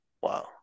Wow